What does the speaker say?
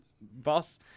boss